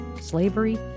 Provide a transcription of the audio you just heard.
slavery